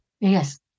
Yes